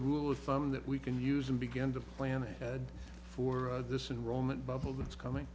rule of thumb that we can use and begin to plan ahead for this in roman bubble that's coming